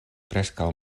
preskaŭ